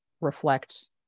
reflect